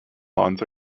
lawns